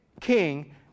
king